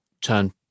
turn